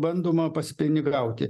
bandoma pasipinigauti